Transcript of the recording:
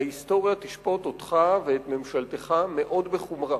ההיסטוריה תשפוט אותך ואת ממשלתך מאוד בחומרה.